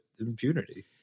impunity